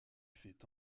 fait